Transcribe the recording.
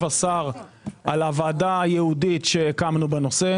השר על הוועדה הייעודית שהקמנו בנושא.